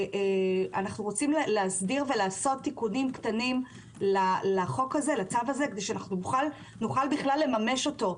אנחנו רוצים להסדיר ולעשות תיקונים קטנים לצו הזה כדי שנוכל לממש אותו.